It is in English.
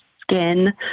skin